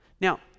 Now